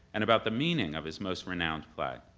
and about the meaning of his most renowned play.